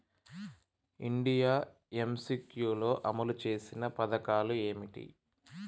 India MCQ లో అమలు చేసిన పథకాలు ఏమిటి?